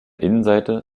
innenseite